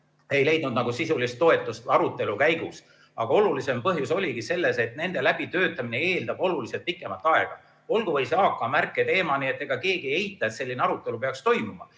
ei leidnud sisulist toetust arutelu käigus, aga olulisem põhjus oligi selles, et nende läbitöötamine eeldab pikemat aega. Olgu või see AK‑märke teema. Ega keegi ei eita, et selline arutelu peaks toimuma,